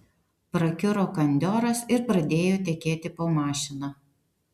prakiuro kandioras ir pradėjo tekėti po mašina